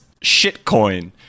Shitcoin